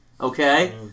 okay